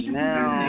now